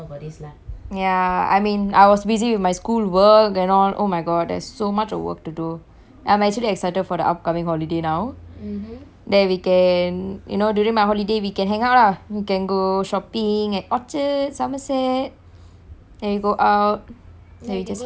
ya I mean I was busy with my school work and all oh my god there's so much of work to do I'm actually excited for the upcoming holiday now then we can you know during my holiday we can hang out ah we can go shopping at orchard somerset then we go out like we just leak